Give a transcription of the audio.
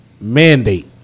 mandate